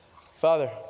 Father